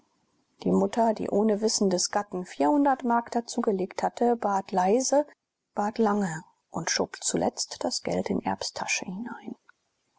die mutter die ohne wissen des gatten mark dazugelegt hatte bat leise bat lange und schob zuletzt das geld in erbs tasche hinein